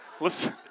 listen